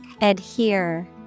Adhere